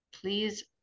Please